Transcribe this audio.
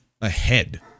ahead